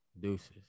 Deuces